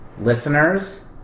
listeners